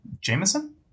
Jameson